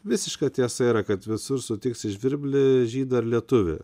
visiška tiesa yra kad visur sutiksi žvirblį žydą ir lietuvį